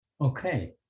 Okay